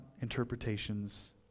interpretations